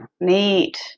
Neat